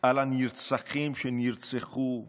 על הנרצחים שנרצחו אתמול,